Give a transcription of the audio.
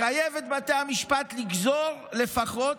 והוא מחייב את בתי המשפט לגזור לפחות